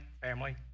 family